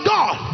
God